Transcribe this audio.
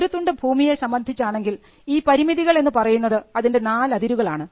ഒരു തുണ്ട് ഭൂമിയെ സംബന്ധിച്ചാണെങ്കിൽ ഈ പരിമിതികൾ എന്നു പറയുന്നത് അതിൻറെ നാലതിരുകൾ ആണ്